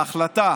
ההחלטה